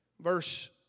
verse